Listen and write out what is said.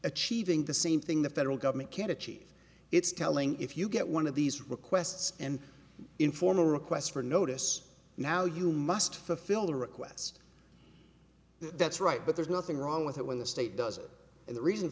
achieving the same thing the federal government can achieve it's telling if you get one of these requests and informal requests for notice now you must fulfill the request that's right but there's nothing wrong with it when the state does it and the reason